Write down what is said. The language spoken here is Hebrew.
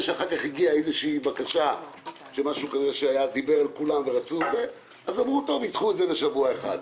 כנראה שאחר כך הגיעה בקשה וביקשו לדחות את זה בשבוע אחד.